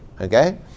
okay